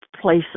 place